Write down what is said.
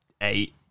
eight